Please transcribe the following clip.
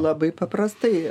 labai paprastai